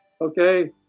Okay